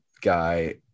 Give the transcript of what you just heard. guy